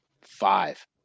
five